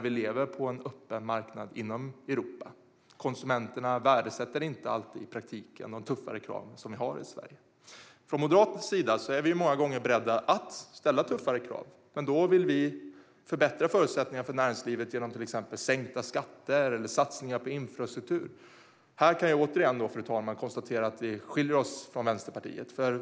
Vi lever på en öppen marknad i Europa. Konsumenterna värdesätter i praktiken inte alltid de tuffare kraven som finns i Sverige. Vi moderater är många gånger beredda att ställa tuffare krav, men då vill vi förbättra förutsättningarna för näringslivet genom till exempel sänkta skatter eller satsningar på infrastruktur. Här kan jag återigen, fru talman, konstatera att vi skiljer oss från Vänsterpartiet.